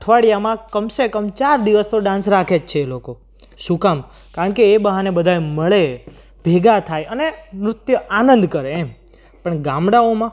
અઠવાડિયામાં કમ સે કમ ચાર દિવસ તો ડાન્સ રાખે જ છે એ લોકો શું કામ કારણ કે એ બહાને બધા મળે ભેગા થાય અને નૃત્ય આનંદ કરે એમ પણ ગામડાઓમાં